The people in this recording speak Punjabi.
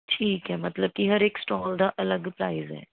ਠੀਕ ਹੈ ਮਤਲਬ ਕਿ ਹਰ ਇੱਕ ਸਟੋਲ ਦਾ ਅਲੱਗ ਪ੍ਰਾਈਜ਼ ਹੈ